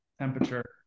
temperature